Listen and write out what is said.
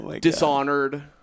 Dishonored